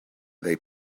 they